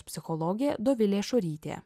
psichologė dovilė šorytė